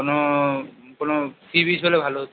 কোনো কোনো sea beach হলে ভালো হতো